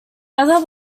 ether